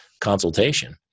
consultation